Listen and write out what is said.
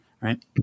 right